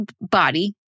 body